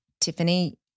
Tiffany